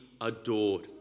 adored